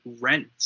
Rent